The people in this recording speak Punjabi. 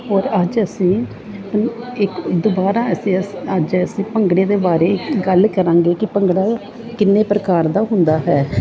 ਔਰ ਅੱਜ ਅਸੀਂ ਇੱਕ ਦੁਬਾਰਾ ਅਸੀਂ ਅਸ ਅੱਜ ਅਸੀਂ ਭੰਗੜੇ ਦੇ ਬਾਰੇ ਗੱਲ ਕਰਾਂਗੇ ਕਿ ਭੰਗੜਾ ਕਿੰਨੇ ਪ੍ਰਕਾਰ ਦਾ ਹੁੰਦਾ ਹੈ